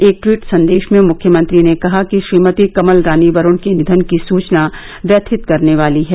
एक टवीट संदेश में मुख्यनंत्री ने कहा कि श्रीमती कमल रानी वरूण के निघन की सचना व्यथित करने वाली है